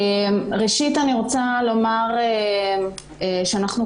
בסיוע